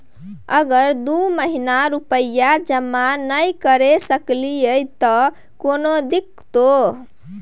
अगर दू महीना रुपिया जमा नय करे सकलियै त कोनो दिक्कतों?